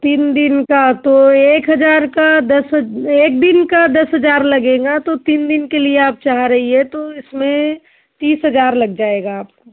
तीन दिन का तो एक हज़ार का दस एक दिन का दस हज़ार लगेगा तो तीन दिन के लिए आप चाह रही हैं तो इसमें तीस हज़ार लग जाएगा आपको